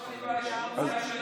אני יכול לשתף מישיבות הסיעה שלנו.